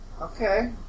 Okay